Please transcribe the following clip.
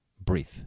breathe